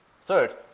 Third